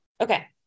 Okay